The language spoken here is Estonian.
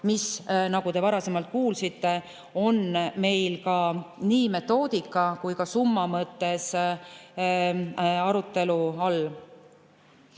mis, nagu varasemalt kuulsite, on meil nii metoodika kui ka summa mõttes arutelu all.